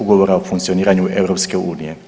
Ugovora o funkcioniranju EU.